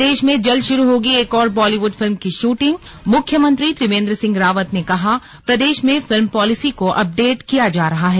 प्रदेश में जल्द शुरू होगी एक और बॉलीव्ड फिल्म की शूटिंगमुख्यमंत्री त्रिवेंद्र सिंह रावत ने कहा प्रदेश में फिल्म पॉलिसी को अपडेट किया जा रहा है